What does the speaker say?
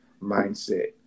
mindset